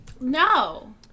No